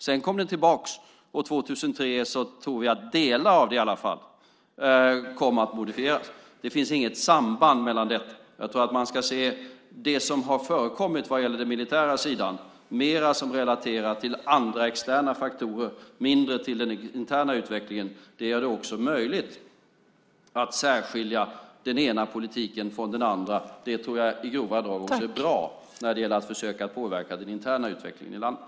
Sedan kom det tillbaka, och 2003 tror jag att i alla fall delar av det kom att modifieras. Det finns inget samband här. Jag tror att man ska se det som har förekommit på den militära sidan mer som relaterat till andra, externa faktorer och mindre till den interna utvecklingen. Det gör det också möjligt att särskilja den ena politiken från den andra. Det tror jag i grova drag också är bra när det gäller att försöka påverka den interna utvecklingen i landet.